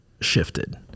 shifted